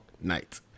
night